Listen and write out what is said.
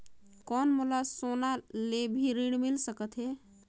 कौन मोला सोना ले भी ऋण मिल सकथे?